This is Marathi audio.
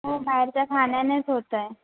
हो बाहेरच्या खाण्यानेच होत आहे